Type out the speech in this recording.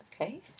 okay